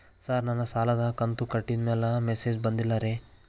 sir ನನ್ನ ಸಾಲದ ಕಂತು ಕಟ್ಟಿದಮೇಲೆ ಮೆಸೇಜ್ ಬಂದಿಲ್ಲ ರೇ